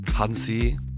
Hansi